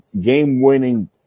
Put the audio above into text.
game-winning